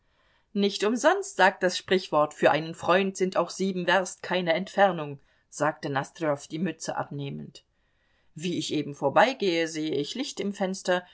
nicht umsonst sagt das sprichwort für einen freund sind auch sieben werst keine entfernung sagte nosdrjow die mütze abnehmend wie ich eben vorbeigehe sehe ich licht im fenster